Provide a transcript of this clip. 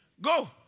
Go